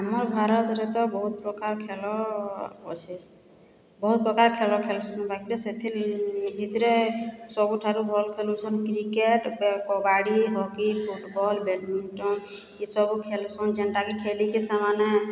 ଆମର୍ ଭାରତରେ ତ ବହୁତ ପ୍ରକାର ଖେଳ ଅଛିସ ବହୁତ ପ୍ରକାର ଖେଳ ଖେଳୁଛନ୍ତି ସେଥି ଭିତରେ ସବୁଠାରୁ ଭଲ ଖେଳୁଛନ୍ cricket kabaddi hockey football badminton ଏସବୁ ଖେଳୁଛନ ଯେନ୍ଟାକି ଖେଳିକି ସେମାନେ